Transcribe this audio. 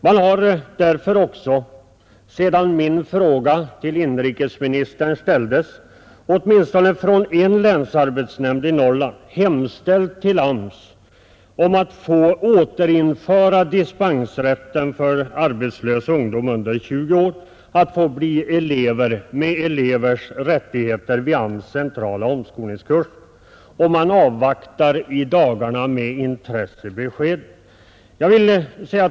Man har därför också, sedan min fråga till inrikesministern ställdes, åtminstone från en länsarbetsnämnd i Norrland hemställt till AMS om att få återinföra dispensrätten för arbetslösa ungdomar under 20 år så att de kan få bli elever med elevers rättigheter vid AMS:s centrala omskolningskurser. I dagarna avvaktar man med intresse besked.